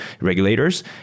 regulators